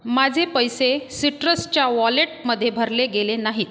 माझे पैसे सिट्रसच्या वॉलेटमध्ये भरले गेले नाहीत